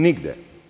Nigde.